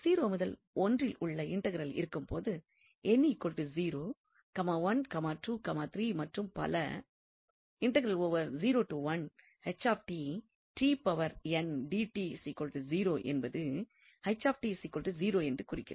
0 முதல் 1 உள்ள இன்டெக்ரல் இருக்கும் போது மற்றும் பல என்பது என்று குறிக்கிறது